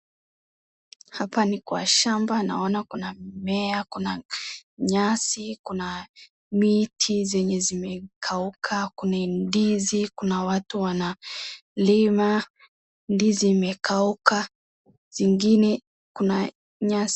Hapa ni kwa shamba. Naona kuna mimea, kuna nyasi, kuna miti zenye zimekauka, kuna ndizi, kuna watu wanalima. Ndizi imekauka, zingine kuna nyasi.